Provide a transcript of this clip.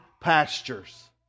pastures